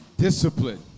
Discipline